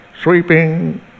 sweeping